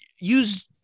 use